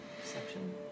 Perception